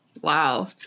Wow